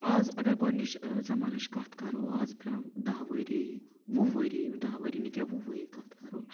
اَز اگر گۄڈنِچ زمانٕچ کَتھ کَرو اَز برونٛہہ دَہ ؤری وُہ ؤری دَہ ؤری نہٕ کینٛہہ وُہ ؤری کَتھ کَرو